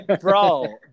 bro